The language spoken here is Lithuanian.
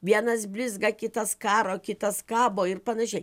vienas blizga kitas karo kitas kabo ir panašiai